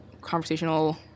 conversational